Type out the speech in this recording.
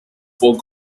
four